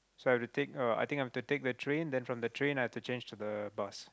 so I have to take uh I think I have to take the train then from the train I have to change to the bus